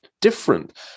different